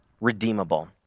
redeemable